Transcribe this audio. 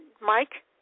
Mike